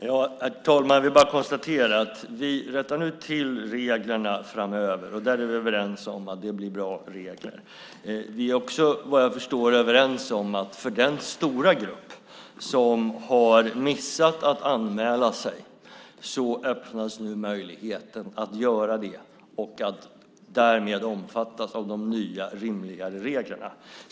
Herr talman! Jag vill bara konstatera att vi nu rättar till reglerna framöver, och vi är överens om att det blir bra regler. Vi är också, vad jag förstår, överens om att det för den stora grupp som har missat att anmäla sig nu öppnas en möjlighet att göra det och att därmed omfattas av de nya, rimligare reglerna.